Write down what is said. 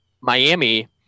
Miami